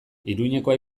iruñekoa